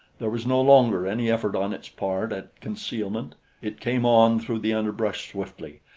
there was no longer any effort on its part at concealment it came on through the underbrush swiftly,